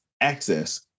access